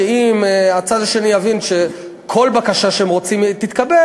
אם הצד השני יבין שכל בקשה שהם רוצים תתקבל,